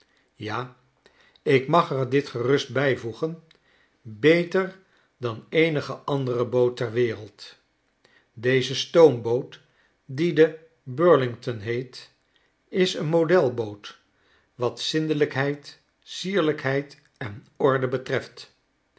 ja ik mag er dit gerust bijvoegen beter dan eenige andere boot ter wereld deze stoomboot die de burlington heet is een modelboot wat zindelijkheid sierlijkheid en orde betreft